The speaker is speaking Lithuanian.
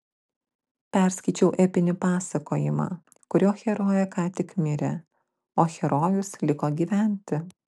perskaičiau epinį pasakojimą kurio herojė ką tik mirė o herojus liko gyventi